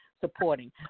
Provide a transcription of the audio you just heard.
supporting